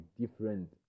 different